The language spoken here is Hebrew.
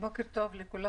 בוקר טוב לכולם.